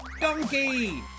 Donkey